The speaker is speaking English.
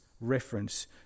reference